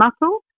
muscle